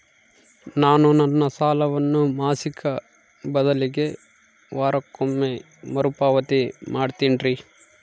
ನಾನು ನನ್ನ ಸಾಲವನ್ನು ಮಾಸಿಕ ಬದಲಿಗೆ ವಾರಕ್ಕೊಮ್ಮೆ ಮರುಪಾವತಿ ಮಾಡ್ತಿನ್ರಿ